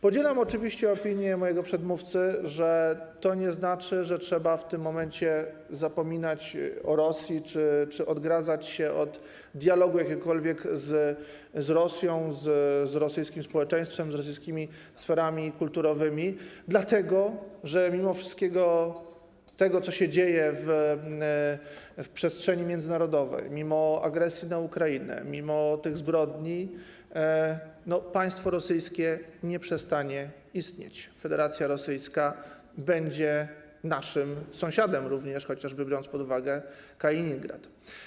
Podzielam oczywiście opinię mojego przedmówcy, że to nie znaczy, że trzeba w tym momencie zapominać o Rosji czy odgradzać się od jakiegokolwiek dialogu z Rosją, z rosyjskim społeczeństwem, z rosyjskimi sferami kulturowymi, dlatego że mimo wszystkiego tego, co się dzieje w przestrzeni międzynarodowej, mimo agresji na Ukrainę, mimo tych zbrodni państwo rosyjskie nie przestanie istnieć, Federacja Rosyjska będzie naszym sąsiadem również, chociażby biorąc pod uwagę Kaliningrad.